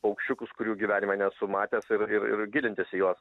paukščiukus kurių gyvenime nesu matęs ir ir ir gilintis į juos